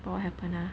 what happened lah